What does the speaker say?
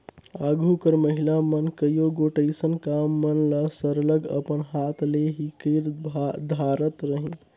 आघु कर महिला मन कइयो गोट अइसन काम मन ल सरलग अपन हाथ ले ही कइर धारत रहिन